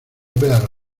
berg